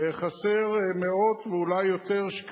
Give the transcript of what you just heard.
חסר מאות, אולי יותר, שקלים,